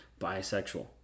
bisexual